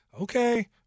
Okay